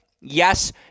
Yes